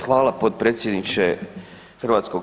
Hvala potpredsjedniče HS.